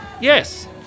yes